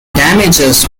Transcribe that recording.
damages